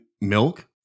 milk